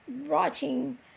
writing